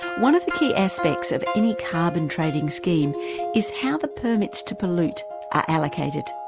one of the key aspects of any carbon trading scheme is how the permits to pollute are allocated.